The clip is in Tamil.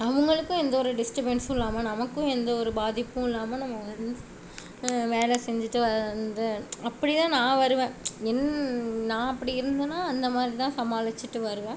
அவங்களுக்கும் எந்த ஒரு டிஸ்டபன்ஸும் இல்லாமல் நமக்கும் எந்த ஒரு பாதிப்பும் இல்லாமல் நம்ம வந்து வேலை செஞ்சுட்டு வரது வந்து அப்படிதான் நான் வருவேன் என் நான் அப்படி இருந்தனால் அந்த மாதிரிதான் சமாளிச்சுட்டு வருவேன்